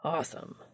Awesome